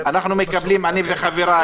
אבל אני לא מתפלא,